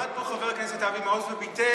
עמד פה חבר הכנסת אבי מעוז וביטל,